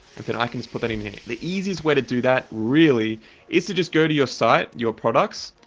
and then i can just put that in here. the easiest way to do that really is to just go to your site, your products,